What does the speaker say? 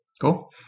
Cool